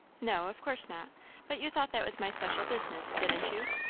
no, of course not but you thought that was my special business, didn't you?